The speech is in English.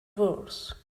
worse